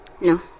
No